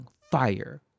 fire